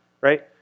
right